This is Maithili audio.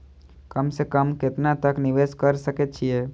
कम से कम केतना तक निवेश कर सके छी ए?